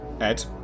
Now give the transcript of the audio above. Ed